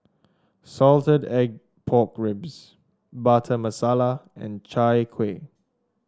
Salted Egg Pork Ribs Butter Masala and Chai Kuih